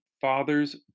father's